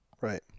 Right